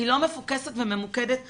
היא לא מפוקסת וממוקדת מטרה,